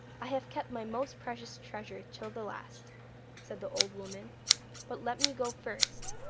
i have kept my most precious treasure till the last said the old woman but let me go first,